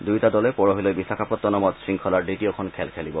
দুয়োটা দলে পৰহিলৈ বিশাখাপট্টনমত শংখলাৰ দ্বিতীয়খন খেল খেলিব